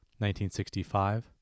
1965